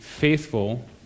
Faithful